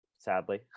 Sadly